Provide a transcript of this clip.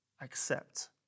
accept